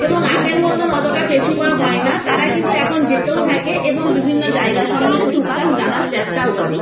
এবং আগের মতন অতটা পিছু পা হয় না তারা কিন্তু এখন যেতেও থাকে এবং বিভিন্ন জায়গা সমন্ধে টুকটাক জানার চেষ্টাও করে